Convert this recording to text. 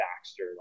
Baxter